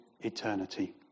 eternity